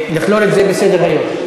לכלול את זה בסדר-היום.